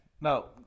No